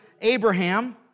Abraham